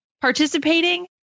participating